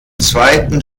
zweiten